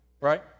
Right